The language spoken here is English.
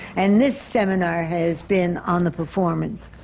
and this seminar has been on the performance.